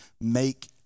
make